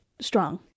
strong